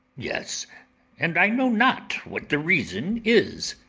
yes and i know not what the reason is,